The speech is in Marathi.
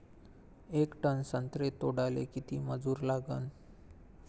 येक टन संत्रे तोडाले किती मजूर लागन?